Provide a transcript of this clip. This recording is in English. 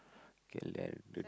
okay let~